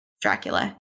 Dracula